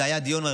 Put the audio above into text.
זה היה דיון רחב.